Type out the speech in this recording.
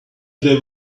they